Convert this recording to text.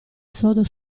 sodo